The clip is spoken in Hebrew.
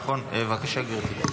בבקשה, גברתי.